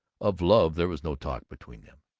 of love there was no talk between them.